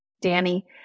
danny